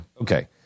Okay